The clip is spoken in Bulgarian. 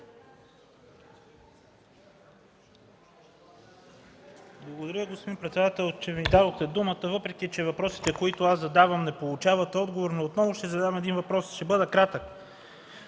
Благодаря, господин председател, че ми дадохте думата, въпреки че въпросите, които задавам, не получават отговор. Отново ще задам един въпрос и ще бъда кратък.